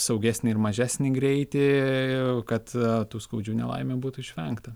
saugesnį ir mažesnį greitį kad tų skaudžių nelaimių būtų išvengta